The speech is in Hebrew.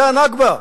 זה ה"נכבה",